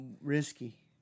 risky